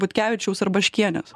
butkevičiaus ar baškienės